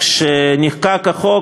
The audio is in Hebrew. כשנחקק החוק,